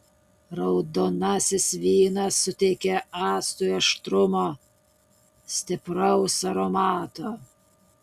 raudonasis vynas suteikia actui aštrumo stipraus aromato